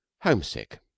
homesick